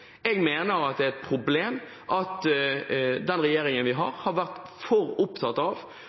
Jeg mener at det er et problem at den regjeringen vi har, har vært for opptatt av